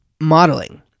modeling